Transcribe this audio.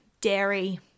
dairy